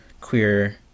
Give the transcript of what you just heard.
queer